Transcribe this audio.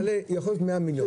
יכול להיות שיעלה 100 מיליון.